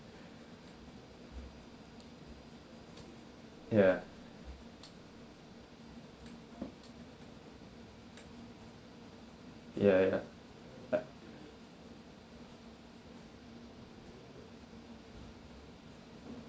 ya ya ya